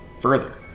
further